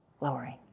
lowering